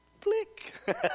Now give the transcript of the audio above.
flick